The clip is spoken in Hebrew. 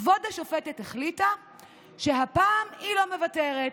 כבוד השופטת החליטה שהפעם היא לא מוותרת.